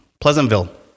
Pleasantville